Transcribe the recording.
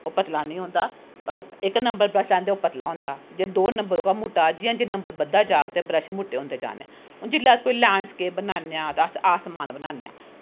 ओह् पतला नी होंदा इक नंबर ब्रश आंदा ओह् पतला होंदा ते दो नंबर दा मुट्टा जियां नंबर बधदे जांगन ते ब्रश मुट्टे होंदे जाने ते जिसलै अस कोई लैडस्केप बनानें आं ते अस आसमान बनाने आं